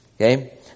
Okay